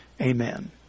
Amen